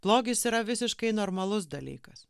blogis yra visiškai normalus dalykas